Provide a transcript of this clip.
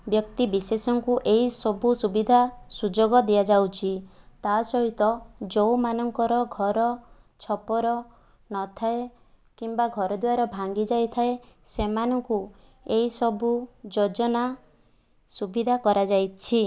ବ୍ୟକ୍ତି ବିଶେଷଙ୍କୁ ଏଇ ସବୁ ସୁବିଧା ସୁଯୋଗ ଦିଆ ଯାଉଛି ତା ସହିତ ଯେଉଁ ମାନଙ୍କର ଘର ଛପର ନଥାଏ କିମ୍ବା ଘର ଦ୍ଵାର ଭାଙ୍ଗି ଯାଇଥାଏ ସେମାନଙ୍କୁ ଏଇ ସବୁ ଯୋଜନା ସୁବିଧା କରାଯାଇଛି